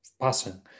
passing